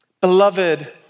Beloved